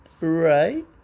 Right